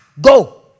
go